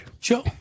Joe